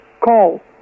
call